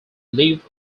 leave